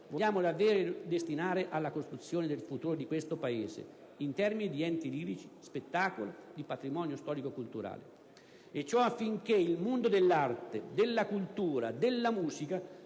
vogliamo davvero destinare alla costruzione del futuro di questo Paese in termini di enti lirici, di spettacolo, di patrimonio storico culturale. E ciò, affinché il mondo dell'arte, della cultura e della musica